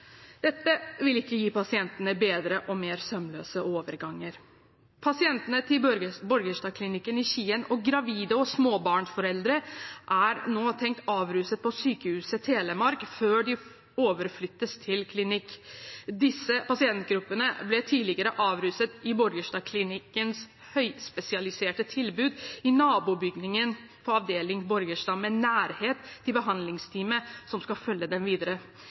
bedre og mer sømløse overganger. Pasientene til Borgestadklinikken i Skien og gravide og småbarnsforeldre er nå tenkt avruset på Sykehuset Telemark før de overflyttes til klinikk. Disse pasientgruppene ble tidligere avruset i Borgestadklinikkens høyspesialiserte tilbud i nabobygningen på avdeling Borgestad med nærhet til behandlingsteamet som skulle følge dem videre.